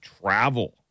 travel